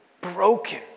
broken